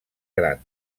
gran